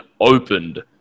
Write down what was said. opened